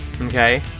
Okay